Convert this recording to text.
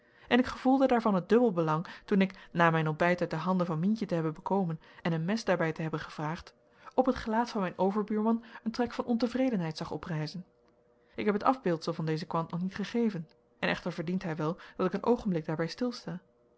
en ik gevoelde daarvan het dubbel belang toen ik na mijn ontbijt uit de handen van mientje te hebben bekomen en een mes daarbij te hebben gevraagd op het gelaat van mijn overbuurman een trek van ontevredenheid zag oprijzen ik heb het afbeeldsel van dezen kwant nog niet gegeven en echter verdient hij wel dat ik een oogenblik daarbij stilsta